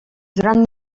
durant